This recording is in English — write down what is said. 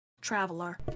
traveler